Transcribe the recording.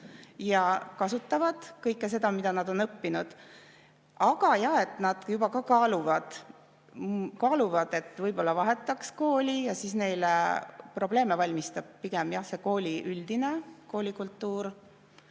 ja kasutavad kõike seda, mida nad on õppinud. Aga jah, nad juba ka kaaluvad, et vahetaks kooli. Neile probleeme valmistab pigem üldine koolikultuur.